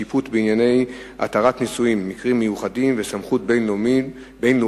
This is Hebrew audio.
שיפוט בענייני התרת נישואין (מקרים מיוחדים וסמכות בין-לאומית),